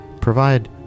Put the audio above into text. provide